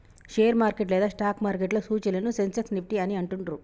share market లేదా stock మార్కెట్లో సూచీలను సెన్సెక్స్, నిఫ్టీ అని అంటుండ్రు